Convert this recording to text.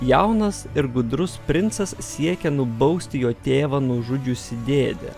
jaunas ir budrus princas siekia nubausti jo tėvą nužudžiusį dėdę